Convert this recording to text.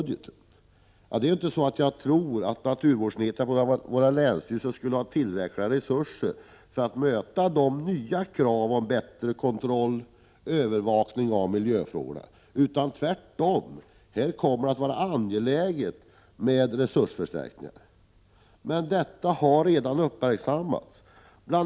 Det är inte så att jag tror att naturvårdsenheterna på våra länsstyrelser skulle ha tillräckliga resurser för att möta de nya kraven på bättre kontroll och övervakning av miljöfrågorna. Tvärtom kommer det att här vara angeläget med resursförstärkningar. Men detta har redan uppmärksammats. Bl.